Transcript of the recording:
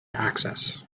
access